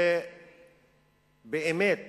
זה באמת